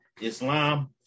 Islam